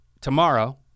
tomorrow